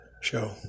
show